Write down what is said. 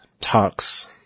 talks